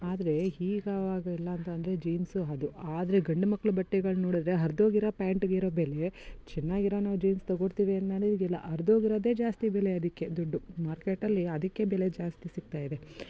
ಆದರೆ ಈಗ ಅವಾಗೆಲ್ಲ ಅಂತಂದರೆ ಜೀನ್ಸು ಅದು ಆದರೆ ಗಂಡು ಮಕ್ಳು ಬಟ್ಟೆಗಳು ನೋಡಿದ್ರೆ ಹರ್ದೋಗಿರೋ ಪ್ಯಾಂಟಿಗಿರೊ ಬೆಲೆ ಚೆನ್ನಾಗಿರೊ ನಾವು ಜೀನ್ಸ್ ತಗೊಡ್ತೀವಿ ಅನ್ನೋರಿಗಿಲ್ಲ ಹರ್ದೋಗಿರೋದೆ ಜಾಸ್ತಿ ಬೆಲೆ ಅದಕ್ಕೆ ದುಡ್ಡು ಮಾರ್ಕೆಟ್ ಅಲ್ಲಿ ಅದಕ್ಕೆ ಬೆಲೆ ಜಾಸ್ತಿ ಸಿಗ್ತಾಯಿದೆ